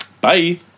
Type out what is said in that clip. Bye